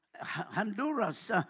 Honduras